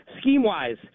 Scheme-wise